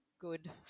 good